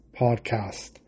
podcast